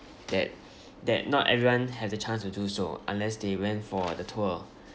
that that not everyone has a chance to do so unless they went for the tour